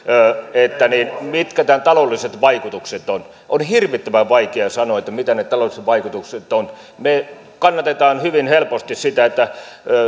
mitkä tämän taloudelliset vaikutukset ovat on hirvittävän vaikea sanoa mitä ne taloudelliset vaikutukset ovat me kannatamme hyvin helposti sitä että